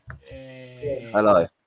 Hello